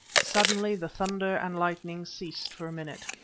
suddenly the thunder and lightning ceased for a minute,